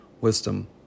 wisdom